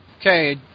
Okay